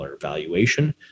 valuation